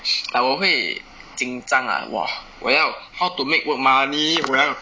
like 我会紧张 ah !wah! 我要 how to make work money 我要